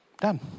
Done